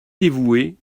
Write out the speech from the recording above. dévouée